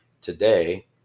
today